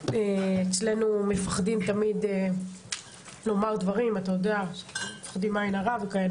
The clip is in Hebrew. אצלנו מפחדים תמיד לומר דברים מפחדים מעין הרע וכו'